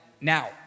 now